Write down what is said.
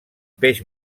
peix